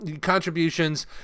contributions